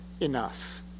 enough